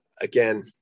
again